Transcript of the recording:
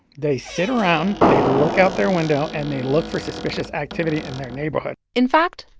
they sit around. they look out their window, and they look for suspicious activity in their neighborhood in fact,